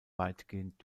weitgehend